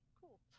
Cool